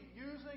using